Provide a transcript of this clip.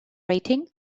rating